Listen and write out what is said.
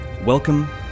welcome